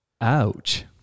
Ouch